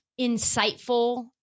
insightful